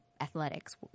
athletics